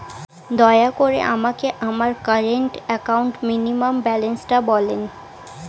দয়া করে আমাকে আমার কারেন্ট অ্যাকাউন্ট মিনিমাম ব্যালান্সটা বলেন